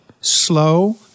Slow